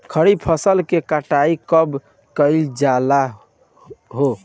खरिफ फासल के कटाई कब कइल जाला हो?